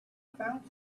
found